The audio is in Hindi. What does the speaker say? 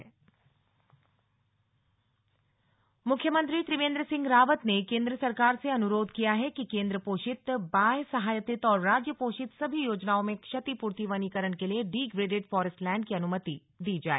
सीएम बैठक मुख्यमंत्री त्रिवेन्द्र सिंह रावत ने केंद्र सरकार से अनुरोध किया है कि केन्द्र पोषित बाह्य सहायतित और राज्य पोषित सभी योजनाओं में क्षतिपूर्ति वनीकरण के लिए डिग्रेडेड फॉरेस्ट लैंड की अनुमति दी जाए